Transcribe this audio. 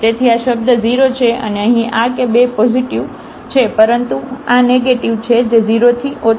તેથી આ શબ્દ 0 છે અને અહીં આ કે 2 પોઝિટિવ છે પરંતુ આ નેગેટીવ છે જે 0 થી ઓછો છે